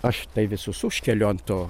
aš tai visus užkeliu ant to